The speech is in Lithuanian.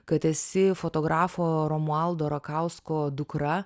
kad esi fotografo romualdo rakausko dukra